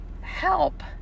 help